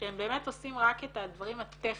שהם באמת עושים רק את הדברים הטכניים,